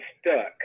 stuck